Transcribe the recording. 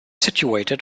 situated